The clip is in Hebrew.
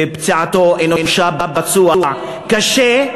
פציעתו אנושה, פצוע קשה.